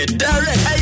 direct